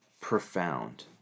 profound